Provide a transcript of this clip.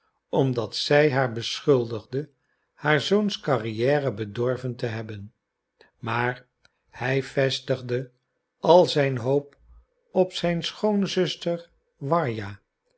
omdat zij haar beschuldigde haar zoons carrière bedorven te hebben maar hij vestigde al zijn hoop op zijn schoonzuster warja